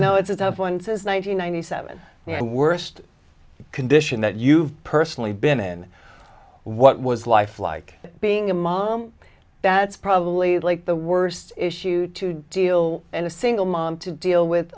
no it's a tough one says ninety ninety seven and worst condition that you've personally been in what was life like being a mom that's probably like the worst issue to deal in a single mom to deal